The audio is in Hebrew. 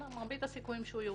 מרבית הסיכויים שהוא יורשע.